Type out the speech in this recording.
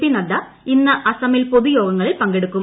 P Nadda ഇന്ന് അസമിൽ പൊതുയോഗങ്ങളിൽ പങ്കെടുക്കും